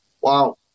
Wow